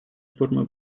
формы